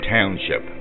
Township